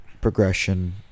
progression